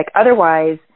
Otherwise